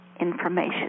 information